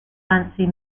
fancy